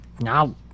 now